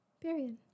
Period